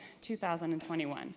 2021